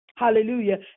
Hallelujah